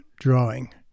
drawing